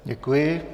Děkuji.